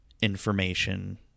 information